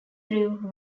drew